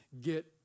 get